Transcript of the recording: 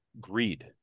greed